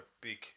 big